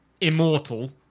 immortal